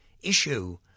issue